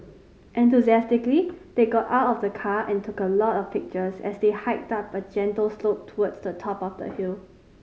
enthusiastically they got out of the car and took a lot of pictures as they hiked up a gentle slope towards the top of the hill